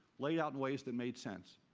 laid out in ways that made sense.